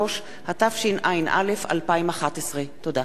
3), התשע"א 2011. תודה.